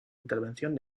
intervención